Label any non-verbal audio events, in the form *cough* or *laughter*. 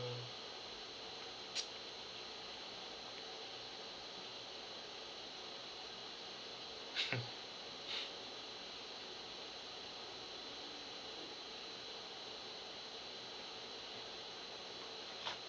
*noise* *laughs*